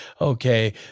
Okay